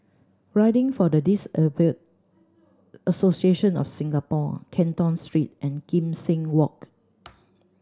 Riding for the Disabled Association of Singapore Canton Street and Kim Seng Walk